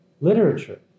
literature